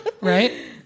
right